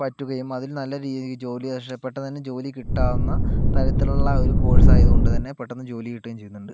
പറ്റുകയും അതിൽ നല്ല രീതിയിൽ ജോലി ഇഷ്ടപ്പെട്ട തന്നെ ജോലി കിട്ടാവുന്ന തരത്തിലുള്ള ഒരു കോഴ്സ് ആയതുകൊണ്ട് തന്നെ പെട്ടെന്നു ജോലി കിട്ടുകയും ചെയ്യുന്നുണ്ട്